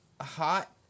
hot